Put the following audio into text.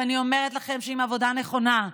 ואני אומרת לכם שעם עבודה נכונה,